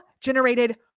generated